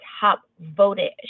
top-voted